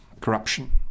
corruption